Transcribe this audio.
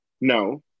no